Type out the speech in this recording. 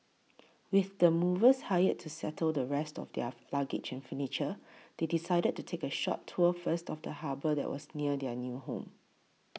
with the movers hired to settle the rest of their luggage and furniture they decided to take a short tour first of the harbour that was near their new home